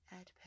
Add